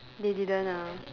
they didn't ah